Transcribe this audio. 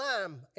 lamb